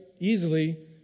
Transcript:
easily